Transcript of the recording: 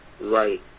Right